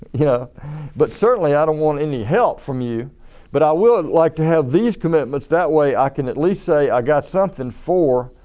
yeah but certainly i don't want any help from you but i would like to have these commitments that way i can at least say i got something for